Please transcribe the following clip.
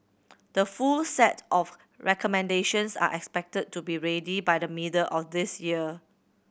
the full set of recommendations are expected to be ready by the middle of this year